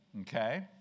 okay